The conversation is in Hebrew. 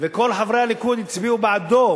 וכל חברי הליכוד הצביעו בעדו,